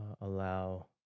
allow